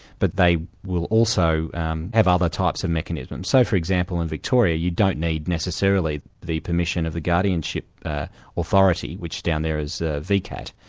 but they will also um have other types of mechanisms. say for example in victoria, you don't need necessarily the permission of the guardianship ah authority which down there is ah vcat,